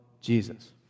Jesus